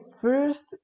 first